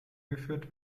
geführt